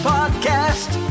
Podcast